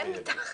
אין שורה מתחת.